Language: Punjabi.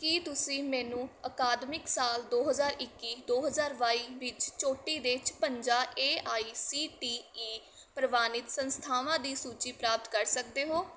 ਕੀ ਤੁਸੀਂ ਮੈਨੂੰ ਅਕਾਦਮਿਕ ਸਾਲ ਦੋ ਹਜ਼ਾਰ ਇੱਕੀ ਦੋ ਹਜ਼ਾਰ ਬਾਈ ਵਿੱਚ ਚੋਟੀ ਦੇ ਛਪੰਜਾ A I C T E ਪ੍ਰਵਾਨਿਤ ਸੰਸਥਾਵਾਂ ਦੀ ਸੂਚੀ ਪ੍ਰਾਪਤ ਕਰ ਸਕਦੇ ਹੋ